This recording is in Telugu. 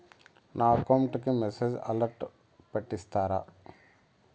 నా అకౌంట్ కి మెసేజ్ అలర్ట్ పెట్టిస్తారా